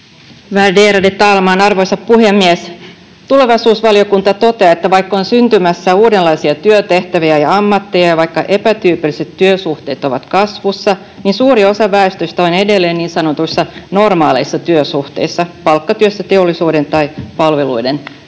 Värderade talman, arvoisa puhemies! Tulevaisuusvaliokunta toteaa, että vaikka on syntymässä uudenlaisia työtehtäviä ja ammatteja ja vaikka epätyypilliset työsuhteet ovat kasvussa, suuri osa väestöstä on edelleen niin sanotuissa normaaleissa työsuhteissa: palkkatyössä teollisuuden tai palveluiden